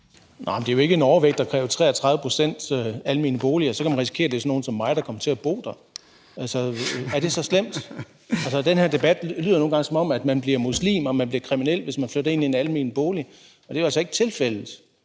Det er jo ikke en overvægt at kræve 33 pct. almene boliger, for så kan man risikere, at det bliver sådan nogle som mig, der kommer til at bo der – er det så slemt? Den her debat lyder nogle gange, som om man bliver muslim og kriminel, hvis man flytter ind i en almen bolig, og det er jo altså ikke tilfældet.